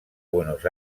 buenos